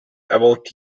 about